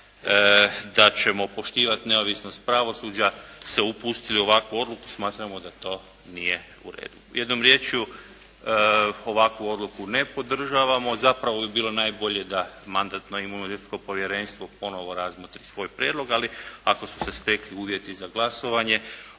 da ćemo poštivati neovisnost pravosuđa se upustili u ovakvu odluku, smatramo da to nije u redu. Jednom riječju ovakvu odluku ne podržavamo. Zapravo bi bilo najbolje da Mandatno-imunitetno povjerenstvo ponovno razmotri svoj prijedlog, ali ako su se stekli uvjeti za glasovanje